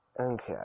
Okay